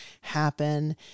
happen